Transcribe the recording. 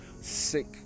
sick